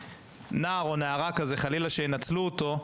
נער כזה או נערה כאלה, שחלילה ינצלו אותם,